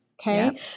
Okay